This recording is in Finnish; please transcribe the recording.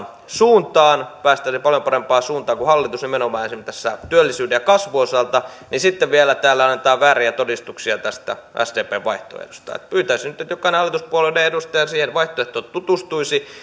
suuntaan päästäisiin paljon parempaan suuntaan kuin hallitus nimenomaan tässä työllisyyden ja kasvun osalta niin sitten vielä täällä annetaan vääriä todistuksia tästä sdpn vaihtoehdosta pyytäisin nyt että jokainen hallituspuolueiden edustaja siihen vaihtoehtoon tutustuisi